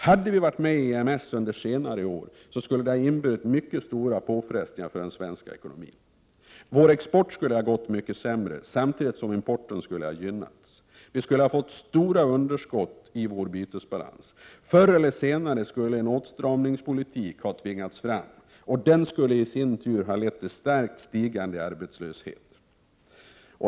Hade vi varit med i EMS under senare år skulle det ha inneburit mycket stora påfrestningar på den svenska ekonomin. Exporten skulle ha gått mycket sämre, samtidigt som importen skulle ha gynnats. Vi skulle ha fått stora underskott i vår bytesbalans. Förr eller senare skulle en åtstramningspolitik ha tvingats fram, och den skulle i sin tur ha lett till starkt stigande arbetslöshet.